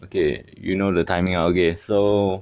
okay you know the timing ah okay so